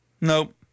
Nope